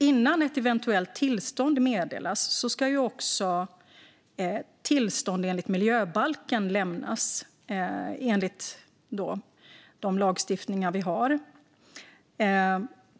Innan ett eventuellt tillstånd meddelas ska också tillstånd enligt miljöbalken lämnas, enligt de lagstiftningar vi har.